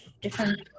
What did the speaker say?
different